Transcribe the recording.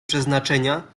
przeznaczenia